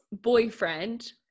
boyfriend